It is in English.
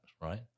right